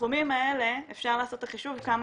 בסכומים האלה אפשר לעשות את החישוב כמה